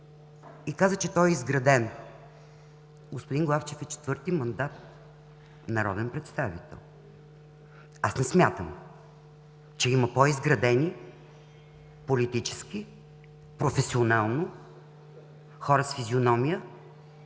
и каза, че той е изграден. Господин Главчев е четвърти мандат народен представител. Аз не смятам, че има по-изградени политически, професионално, хора с физиономия,